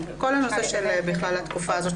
כל הנושא של התקופה הזאת בכלל,